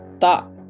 thought